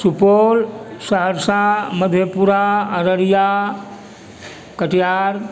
Supaul Saharsa Madhepura Araria Katihar